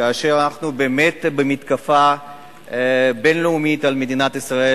כאשר אנחנו באמת במתקפה בין-לאומית על מדינת ישראל,